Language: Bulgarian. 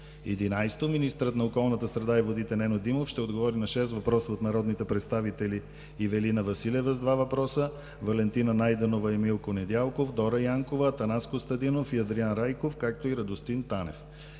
на околната среда и водите Нено Димов ще отговори на шест въпроса от народните представители Ивелина Василева – два въпроса; Валентина Найденова и Милко Недялков; Дора Янкова; Атанас Костадинов; и Адриан Райков и Радостин Танев.